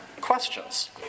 questions